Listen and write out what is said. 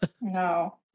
No